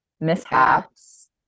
mishaps